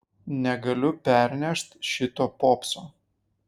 negaliu pernešt šito popso